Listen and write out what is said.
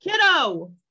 kiddo